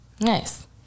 Nice